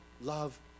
love